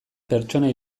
pertsona